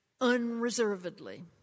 unreservedly